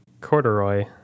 Corduroy